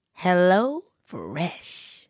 HelloFresh